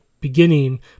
beginning